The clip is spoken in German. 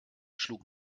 schlug